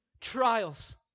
Trials